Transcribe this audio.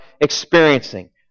experiencing